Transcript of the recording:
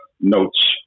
notes